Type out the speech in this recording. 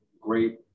great